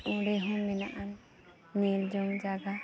ᱚᱸᱰᱮᱦᱚᱸ ᱢᱮᱱᱟᱜᱼᱟ ᱧᱮᱞᱡᱚᱝ ᱡᱟᱭᱜᱟ